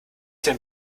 denn